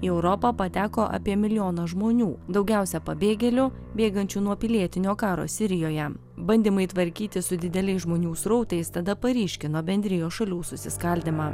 į europą pateko apie milijoną žmonių daugiausia pabėgėlių bėgančių nuo pilietinio karo sirijoje bandymai tvarkytis su dideliais žmonių srautais tada paryškino bendrijos šalių susiskaldymą